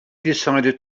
decided